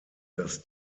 dass